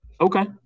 Okay